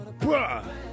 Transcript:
bruh